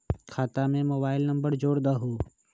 खाता में mobile number जोड़ दहु?